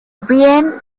brien